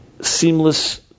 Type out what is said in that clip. seamless